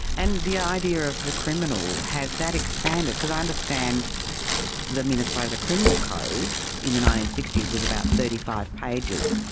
and the idea of the criminal, has that expanded? because i understand the minnesota criminal code in the nineteen sixty s was about thirty five pages,